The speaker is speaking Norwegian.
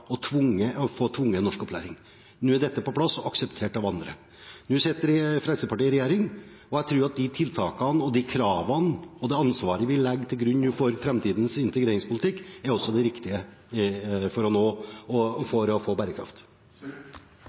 Nå er dette på plass og akseptert av andre. Nå sitter Fremskrittspartiet i regjering, og jeg tror at de tiltakene, de kravene og det ansvaret vi legger til grunn for framtidens integreringspolitikk, er det riktige for å